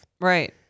Right